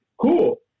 cool